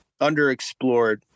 underexplored